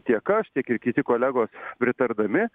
tiek aš tiek ir kiti kolegos pritardami